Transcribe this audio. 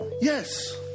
yes